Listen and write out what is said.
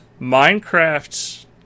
Minecraft